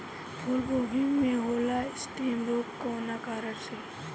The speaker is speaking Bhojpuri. फूलगोभी में होला स्टेम रोग कौना कारण से?